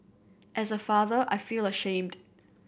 as a father I feel ashamed